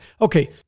Okay